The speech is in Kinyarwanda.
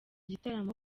gitaramo